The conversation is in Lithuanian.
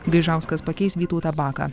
gaižauskas pakeis vytautą baką